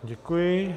Děkuji.